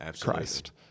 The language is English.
Christ